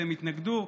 והם יתנגדו.